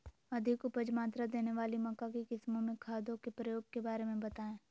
अधिक उपज मात्रा देने वाली मक्का की किस्मों में खादों के प्रयोग के बारे में बताएं?